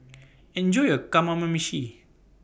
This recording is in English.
Enjoy your